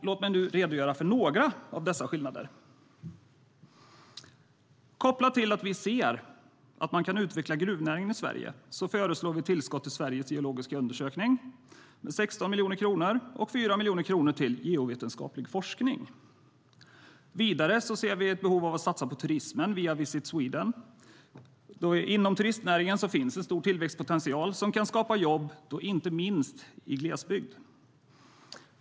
Låt mig nu redogöra för några av dessa skillnader. Vidare ser vi ett behov av att satsa på turismen via Visit Sweden. Inom turismnäringen finns en stor tillväxtpotential som kan skapa jobb, inte minst i glesbygd.